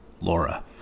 Laura